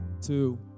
two